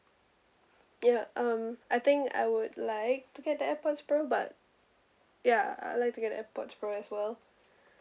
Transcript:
ya um I think I would like to get the airpods pro but ya I would like to get the airpods pro as well